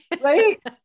right